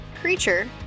creature